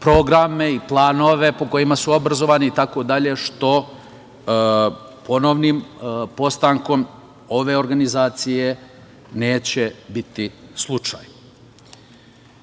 programe i planove po kojima su obrazovani itd, što ponovnim postankom ove organizacije neće biti slučaj. Izmene